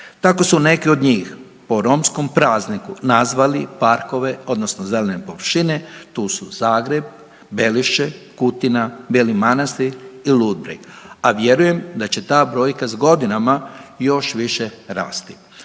Tako su neki od njih po romskom prazniku nazvali parkove odnosno zelene površine, tu su Zagreb, Belišće, Kutina, Beli Manastir i Ludbreg, a vjerujem da će ta brojka s godinama još više rasti.